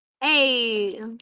Hey